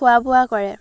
খোৱা বোৱা কৰে